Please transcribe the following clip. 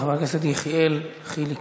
ואתם עושי דברו של נתניהו.